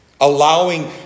Allowing